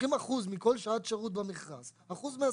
לוקחים אחוז מכל שעת שירות במכרז, אחוז מהשכר,